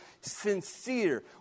sincere